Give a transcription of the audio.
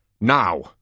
now